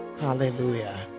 Hallelujah